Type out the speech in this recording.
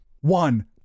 one